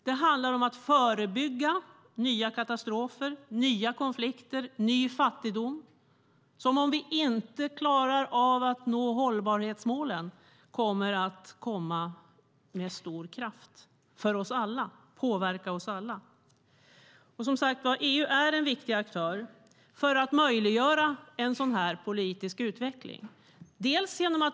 Det handlar om att förebygga nya katastrofer, nya konflikter och ny fattigdom, och om vi inte klarar av att nå hållbarhetsmålen kommer de att komma med stor kraft och påverka oss alla. EU är en viktig aktör för att möjliggöra en sådan politisk utveckling.